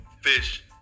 fish